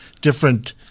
different